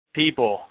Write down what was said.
people